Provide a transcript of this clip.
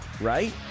right